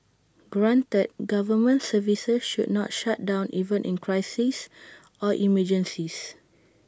granted government services should not shut down even in crises or emergencies